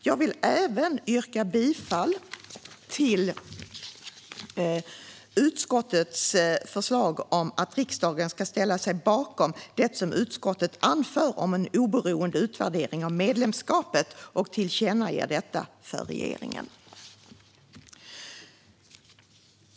Jag vill även yrka bifall till utskottets förslag att riksdagen ska ställa sig bakom det som utskottet anför om en oberoende utvärdering av medlemskapet och tillkännage detta för regeringen.